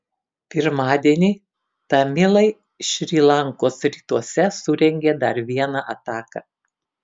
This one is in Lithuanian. pirmadienį tamilai šri lankos rytuose surengė dar vieną ataką